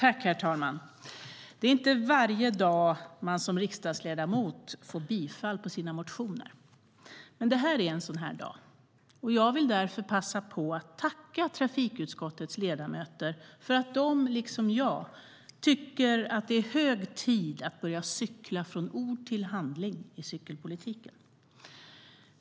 Herr talman! Det är inte varje dag man som riksdagsledamot får bifall på sina motioner. Men det här är en sådan dag. Jag vill därför passa på att tacka trafikutskottets ledamöter för att de, liksom jag, tycker att det är hög tid att börja cykla från ord till handling i cykelpolitiken.